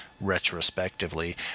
retrospectively